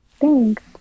thanks